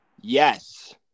Yes